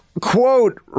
quote